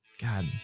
God